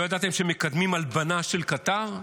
לא ידעתם שהם מקדמים הלבנה של קטר?